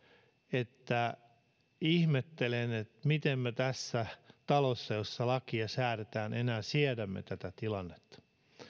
että ihmettelen miten me tässä talossa jossa lakeja säädetään enää siedämme tätä tilannetta